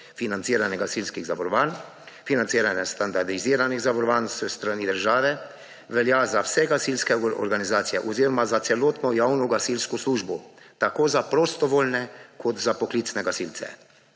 financiranje gasilskih zavarovanja, financiranje standardiziranih zavarovanj s strani države. To velja za vse gasilske organizacije oziroma za celotno javno gasilsko službo, tako za prostovoljne kot za poklicne gasilce.